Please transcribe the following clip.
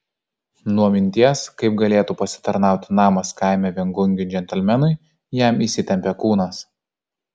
nuo minties kaip galėtų pasitarnauti namas kaime viengungiui džentelmenui jam įsitempė kūnas